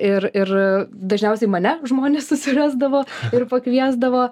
ir ir dažniausiai mane žmonės susirasdavo ir pakviesdavo